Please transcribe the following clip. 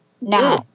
Now